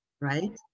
right